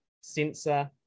Sensor